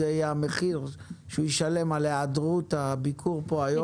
זה יהיה המחיר שהוא ישלם על ההיעדרות מהביקור פה היום.